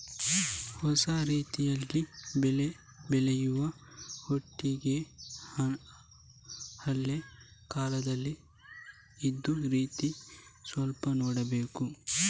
ಹೊಸ ರೀತಿಯಲ್ಲಿ ಬೆಳೆ ಬೆಳೆಯುದ್ರ ಒಟ್ಟಿಗೆ ಹಳೆ ಕಾಲದಲ್ಲಿ ಇದ್ದ ರೀತಿ ಸ್ವಲ್ಪ ನೋಡ್ಬೇಕು